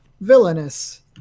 villainous